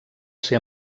ser